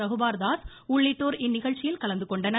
ரகுபார்தாஸ் உள்ளிட்டோர் இந்நிகழ்ச்சியில் கலந்து கொண்டனர்